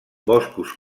boscos